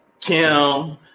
Kim